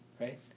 Right